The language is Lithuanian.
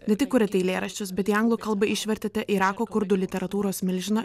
ne tik kuriat eilėraščius bet į anglų kalbą išvertėte irako kurdų literatūros milžiną